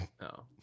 no